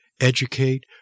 educate